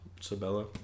Sabella